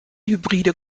hybride